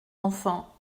enfant